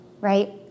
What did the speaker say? right